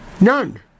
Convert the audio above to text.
None